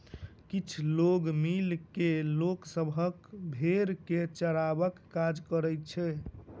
किछ लोक मिल के लोक सभक भेंड़ के चरयबाक काज करैत छै